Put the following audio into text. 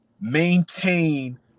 maintain